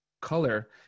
Color